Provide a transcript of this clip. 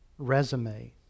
resume